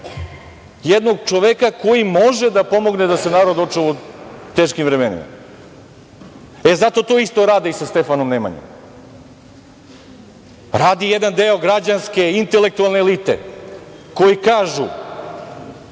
jednog čoveka koji može da se pomogne da se narod očuva u teškim vremenima.E, zato to isto rade i sa Stefanom Nemanjom. Radi jedan deo građanske intelektualne elite koji kažu